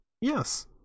Yes